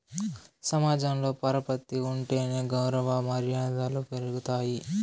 సమాజంలో పరపతి ఉంటేనే గౌరవ మర్యాదలు పెరుగుతాయి